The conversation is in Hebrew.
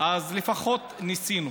לפחות ניסינו.